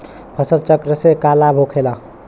फसल चक्र से का लाभ होखेला?